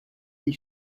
die